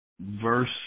verse